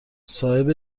صاحب